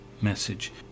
message